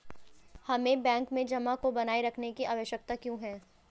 हमें बैंक में जमा को बनाए रखने की आवश्यकता क्यों है?